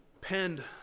penned